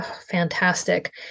fantastic